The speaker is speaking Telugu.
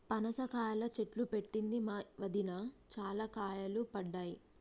పనస కాయల చెట్టు పెట్టింది మా వదిన, చాల కాయలు పడ్డాయి